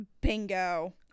Bingo